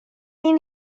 این